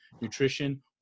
nutrition